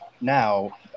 now